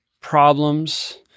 problems –